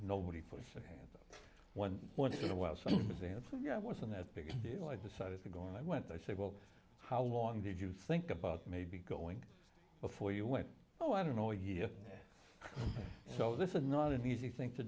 nobody forces once in a while some yeah i wasn't that big a deal i decided to go and i went i said well how long did you think about maybe going before you went oh i don't know yet so this is not an easy thing to